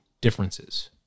differences